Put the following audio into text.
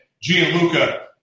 Gianluca